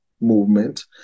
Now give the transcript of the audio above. movement